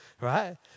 Right